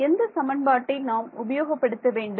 எந்த சமன்பாட்டை நாம் உபயோகப்படுத்த வேண்டும்